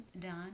done